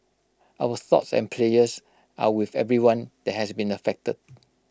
our thoughts and prayers are with everyone that has been affected